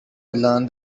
learn